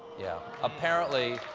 yeah. apparently,